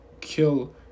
kill